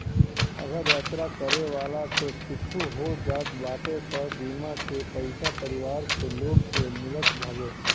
अगर यात्रा करे वाला के कुछु हो जात बाटे तअ बीमा के पईसा परिवार के लोग के मिलत हवे